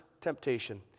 temptation